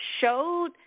showed